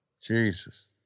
Jesus